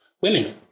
women